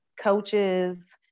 coaches